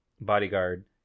bodyguard